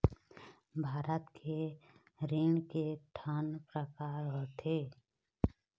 भारत के ऋण के ठन प्रकार होथे?